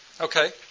Okay